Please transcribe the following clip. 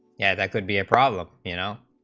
yeah that could be a problem you know